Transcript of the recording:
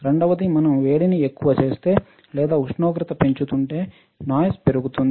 రెండవది మనం వేడిని ఎక్కువ చేస్తే లేదా ఉష్ణోగ్రత పెంచుకుంటే నాయిస్ పెరుగుతుంది